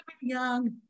young